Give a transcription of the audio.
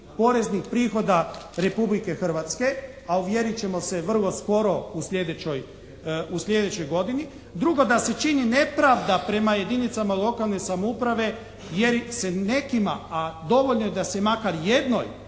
poreznih prihoda Republike Hrvatske, a uvjerit ćemo se vrlo skoro u sljedećoj godini. Drugo, da se čini nepravda prema jedinicama lokalne samouprave jer se nekima, a dovoljno je da se makar jednoj